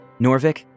Norvik